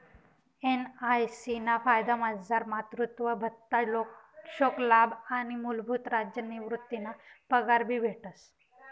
NIC ना फायदामझार मातृत्व भत्ता, शोकलाभ आणि मूलभूत राज्य निवृतीना पगार भी भेटस